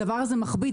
הדבר הזה מכביד.